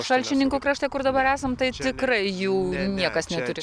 šalčininkų krašte kur dabar esam tai tikrai jų niekas neturi